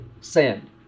send